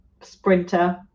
Sprinter